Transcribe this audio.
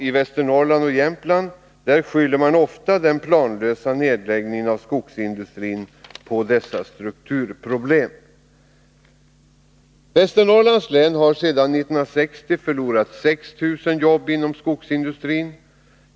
I Västernorrland och Jämtland skyller man ofta den planlösa nedläggningen av skogsindustrin på dessa ”strukturproblem”. Västernorrlands län har sedan 1960 förlorat 6 000 jobb inom skogsindustrin.